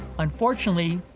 unfortunately,